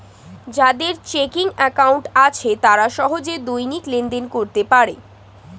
যাদের checking account আছে তারা সহজে দৈনিক লেনদেন করতে পারে